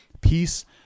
Peace